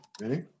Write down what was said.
Ready